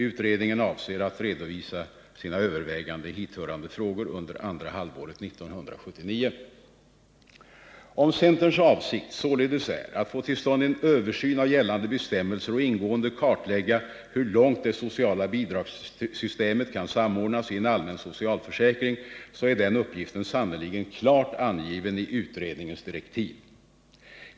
Utredningen avser att redovisa sina överväganden i hithörande frågor under andra halvåret 1979. Om centerns avsikt således är att få till stånd en översyn av gällande bestämmelser och ingående kartlägga hur långt det sociala bidragssystemet kan samordnas i en allmän socialförsäkring, så är den uppgiften sannerligen klart angiven i utredningens direktiv.